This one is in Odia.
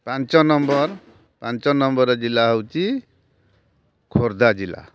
ପାଞ୍ଚ ନମ୍ବର୍ ପାଞ୍ଚ ନମ୍ବର୍ ଜିଲ୍ଲା ହେଉଛି ଖୋର୍ଦ୍ଧା ଜିଲ୍ଲା